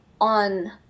on